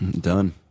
Done